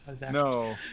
No